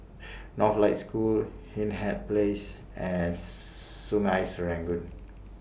Northlight School Hindhede Place and Sungei Serangoon